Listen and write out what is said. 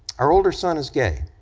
our older son is gay,